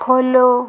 follow